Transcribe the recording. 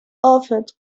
offered